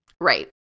right